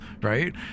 right